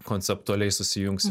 konceptualiai susijungs